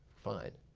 fine.